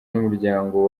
n’umuryango